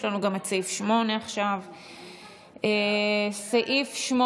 יש לנו עכשיו גם את סעיף 8. סעיף 8,